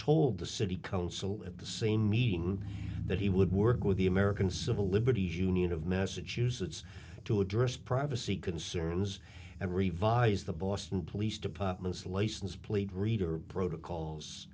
told the city council at the same meeting that he would work with the american civil liberties union of massachusetts to address privacy concerns and revise the boston police department's license plate reader protocols